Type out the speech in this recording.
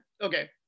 okay